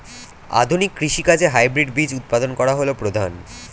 আধুনিক কৃষি কাজে হাইব্রিড বীজ উৎপাদন হল প্রধান